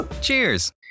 Cheers